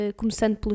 começando